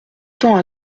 temps